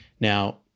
Now